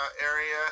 area